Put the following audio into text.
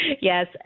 yes